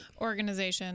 organization